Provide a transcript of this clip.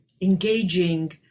engaging